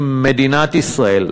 עם מדינת ישראל,